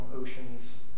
oceans